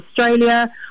Australia